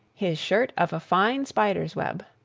his shirt of a fine spider's web,